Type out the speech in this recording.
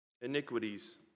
iniquities